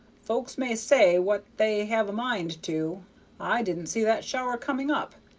folks may say what they have a mind to i didn't see that shower coming up,